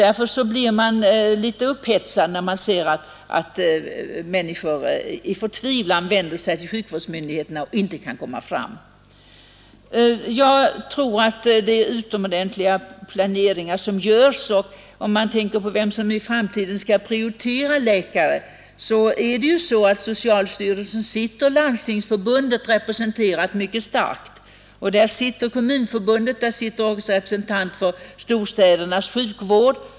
Därför blir man upphetsad när förtvivlade människor vänder sig till sjukvårdsmyndigheterna rädda att förlora synen och inte kan komma fram. Den som i framtiden skall prioritera läkare är ju socialstyrelsen där det sitter stark representation för Landstingsförbundet, representanter för Kommunförbundet och för storstädernas sjukvård.